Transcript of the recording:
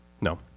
No